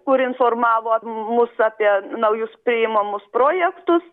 kuri informavo mus apie naujus priimamus projektus